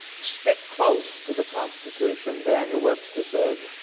stick close to the constitution, daniel webster said.